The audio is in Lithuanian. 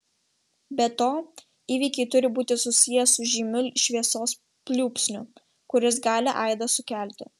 be to įvykiai turi būti susiję su žymiu šviesos pliūpsniu kuris gali aidą sukelti